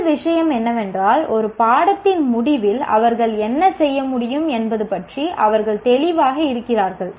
முதல் விஷயம் என்னவென்றால் ஒரு பாடத்தின் முடிவில் அவர்கள் என்ன செய்ய முடியும் என்பது பற்றி அவர்கள் தெளிவாக இருக்கிறார்கள்